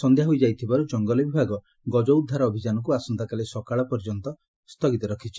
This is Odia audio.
ସକ୍ଷ୍ୟା ହୋଇଯାଇଥିବାରୁ ଜଙ୍ଗଲ ବିଭାଗ ଗଜ ଉଦ୍ଦାର ଅଭିଯାନକୁ ଆସନ୍ତାକାଲି ସକାଳ ପର୍ଯ୍ୟନ୍ତ ବନ୍ଦ ରଖୁଛି